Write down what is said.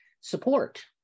support